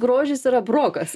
grožis yra brokas